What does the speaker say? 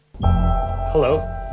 Hello